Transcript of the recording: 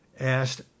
Asked